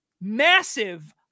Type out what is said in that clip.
massive